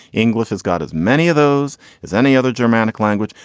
english has got as many of those as any other germanic language.